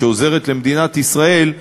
שעוזרת למדינת ישראל,